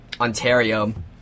Ontario